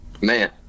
man